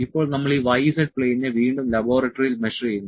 ഇപ്പോൾ നമ്മൾ ഈ y z പ്ലെയിനിനെ വീണ്ടും ലബോറട്ടറിയിൽ മെഷർ ചെയ്യുന്നു